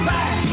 Back